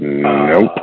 Nope